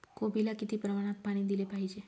कोबीला किती प्रमाणात पाणी दिले पाहिजे?